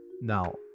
Now